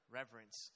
reverence